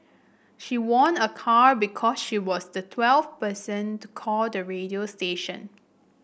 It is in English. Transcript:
she won a car because she was the twelfth person to call the radio station